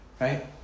right